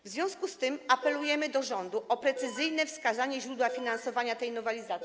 W związku z tym apelujemy do rządu o precyzyjne wskazanie źródła finansowania tej nowelizacji.